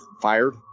fired